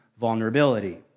vulnerability